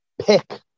pick